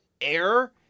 air